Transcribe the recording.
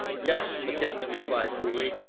yes, the captain replied coolly,